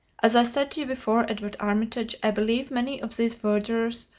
as i said to you before, edward armitage, i believe many of these verderers,